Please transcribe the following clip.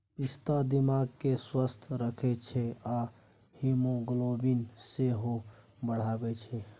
पिस्ता दिमाग केँ स्वस्थ रखै छै आ हीमोग्लोबिन सेहो बढ़ाबै छै